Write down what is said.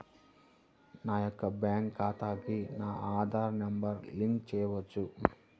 నా యొక్క బ్యాంక్ ఖాతాకి నా ఆధార్ నంబర్ లింక్ చేయవచ్చా?